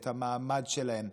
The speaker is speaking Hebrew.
את המעמד שלהם,